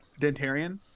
Dentarian